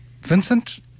Vincent